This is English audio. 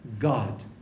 God